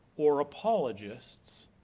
or apologists,